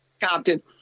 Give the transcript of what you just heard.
Compton